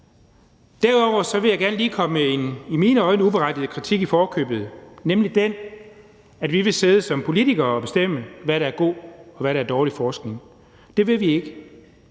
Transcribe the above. Derudover vil jeg gerne lige komme en i mine øjne uberettiget kritik i forkøbet, nemlig den, at vi vil sidde som politikere og bestemme, hvad der er god, og hvad der er dårlig forskning. Det vil vi ikke.